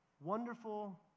Wonderful